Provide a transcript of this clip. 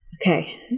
Okay